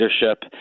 leadership